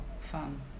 fun